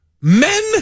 Men